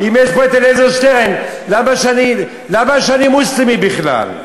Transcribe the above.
אם יש פה אלעזר שטרן, למה שאני אהיה מוסלמי בכלל?